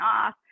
off